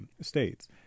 states